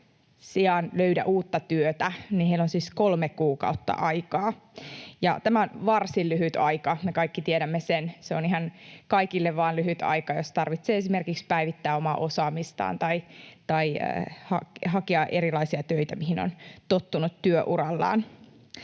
sijaan löydä uutta työtä. Heillä on siis kolme kuukautta aikaa. Ja tämä on varsin lyhyt aika, me kaikki tiedämme sen. Se on ihan kaikille vaan lyhyt aika, jos tarvitsee esimerkiksi päivittää omaa osaamistaan tai hakea erilaisia töitä kuin mihin on tottunut työurallaan.